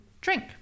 drink